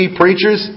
preachers